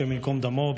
השם ייקום דמו,